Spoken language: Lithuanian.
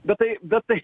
bet tai bet tai